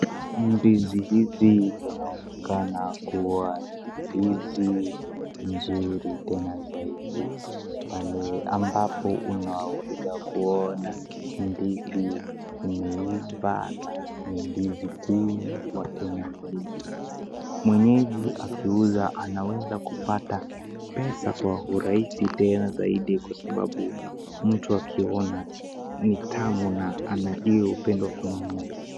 Ndizi hizi zinaonekana kuwa ni ndizi nzuri tena zaidi pale ambapo unaweza kuona ndizi imeiva na ni ndizi kubwa tena zaidi. Mwenyeji akiuza anaweza kupata pesa kwa urahisi tena zaidi kwa sababu mtu akiona ni tamu na ana hiyo upendo wa kununua.